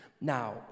Now